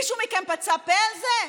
מישהו מכם פצה פה על זה?